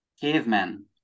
cavemen